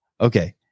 Okay